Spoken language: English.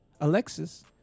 Alexis